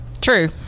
True